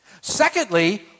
Secondly